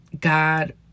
God